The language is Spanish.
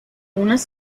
unas